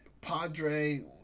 Padre